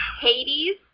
Hades